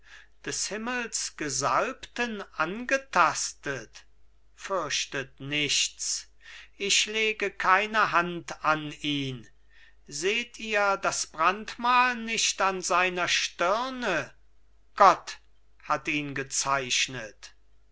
des himmels gesalbten angetastet fürchtet nichts ich lege keine hand an ihn seht ihr das brandmal nicht an seiner stirne gott hat ihn gezeichnet